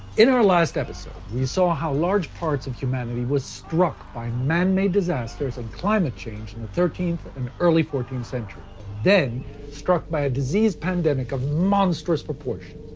in our last episode, we saw how large parts of humanity were struck by manmade disasters and climate change in the thirteenth and early fourteenth century, and then struck by a disease pandemic of monstrous proportions.